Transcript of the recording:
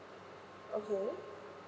okay